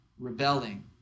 rebelling